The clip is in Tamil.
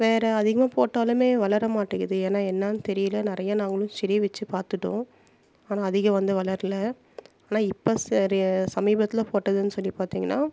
வேற அதிகமாக போட்டாலும் வளர மாட்டிங்கிது ஏன்னா என்னென்னு தெரியல நிறையா நாங்களும் செடி வச்சி பார்த்துட்டோம் ஆனால் அதிகம் வந்து வளரல ஆனால் இப்போ சரிய சமீபத்தில் போட்டதுன்னு சொல்லி பார்த்திங்கனா